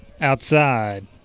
Outside